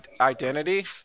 identity